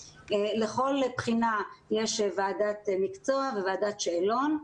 לכל בחינה יש ועדת מקצוע וועדת שאלון,